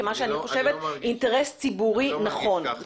כמה שאני חושבת אינטרס ציבורי נכון.